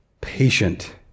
patient